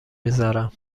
میزارم